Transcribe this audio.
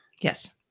Yes